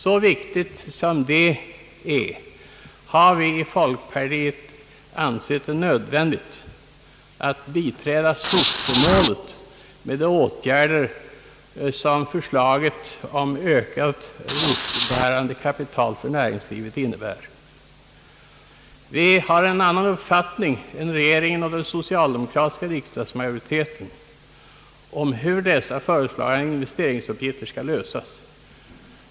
Så viktigt som detta är har vi i folkpartiet ansett det nödvändigt att biträda syftemålet med de åtgärder som förslaget om ökat riskbärande kapital för näringslivet innebär. Vi har en annan uppfattning än regeringen och den socialdemokratiska riksdagsmajoriteten om hur de föreslagna investeringsuppgifterna skall lösas.